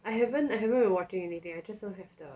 I haven't I haven't been watching anything I just don't have the